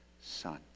son